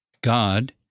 God